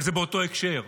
אבל זה באותו הקשר,